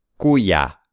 cuya